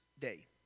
day